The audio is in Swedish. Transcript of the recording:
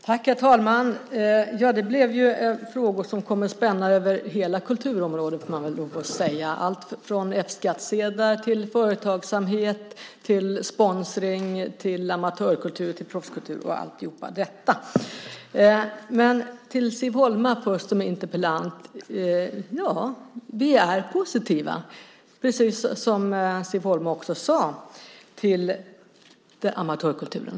Herr talman! Ja, det blev frågor som kom att spänna över hela kulturområdet - det får man väl lov att säga. Det var allt från F-skattsedlar till företagsamhet, sponsring, amatörkultur och proffskultur. Men jag vänder mig först till Siv Holma, som är interpellant. Ja, vi är positiva, precis som Siv Holma också sade, till amatörkulturen.